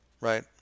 right